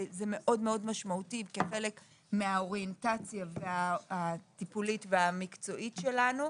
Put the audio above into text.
זה מאוד משמעותי כחלק מהאוריינטציה הטיפולית והמקצועית שלנו,